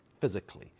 physically